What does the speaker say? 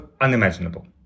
unimaginable